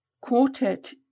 Quartet